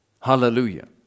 Hallelujah